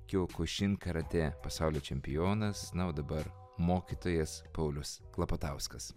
kiokušin karatė pasaulio čempionas na o dabar mokytojas paulius klapatauskas